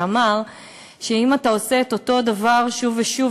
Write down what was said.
שאמר שאם אתה עושה את אותו דבר שוב ושוב,